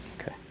Okay